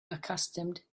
accustomed